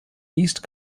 east